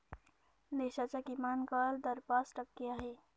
देशाचा किमान कर दर पाच टक्के आहे